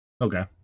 Okay